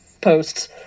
posts